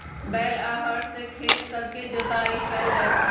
बैल आऽ हर से खेत सभके जोताइ कएल जाइ छइ